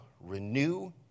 renew